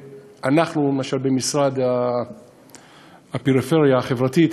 שאנחנו, למשל, במשרד הפריפריה החברתית,